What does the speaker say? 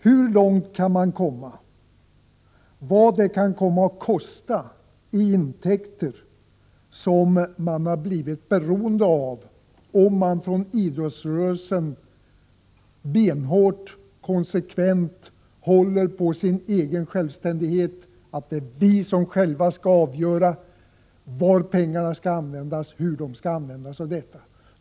Hur långt kan man komma, och vad kan det komma att kosta när det gäller intäkter som man har blivit beroende av om man från idrottsrörelsen benhårt och konsekvent håller på sin självständighet, dvs. att det är idrottsrörelsen som själv skall avgöra hur pengarna skall användas?